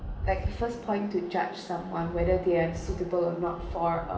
like first point to judge someone whether they are suitable or not for